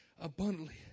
abundantly